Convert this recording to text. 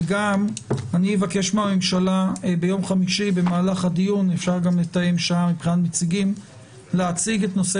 וגם אני אבקש מהממשלה ביום חמישי במהלך הדיון להציג את נושא